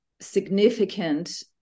Significant